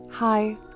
Hi